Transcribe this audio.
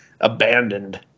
abandoned